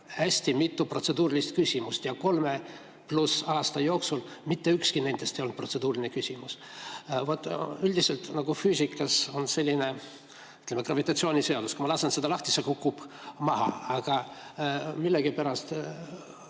hästi mitu protseduurilist küsimust ja kolme pluss aasta jooksul mitte ükski nendest ei ole olnud protseduuriline küsimus. Üldiselt füüsikas on selline, ütleme, gravitatsiooniseadus: kui ma lasen selle lahti, siis see kukub maha. Aga millegipärast